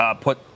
put